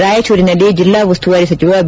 ರಾಯಚೂರಿನಲ್ಲಿ ಜಿಲ್ಲಾ ಉಸ್ತುವಾರಿ ಸಚಿವ ಬಿ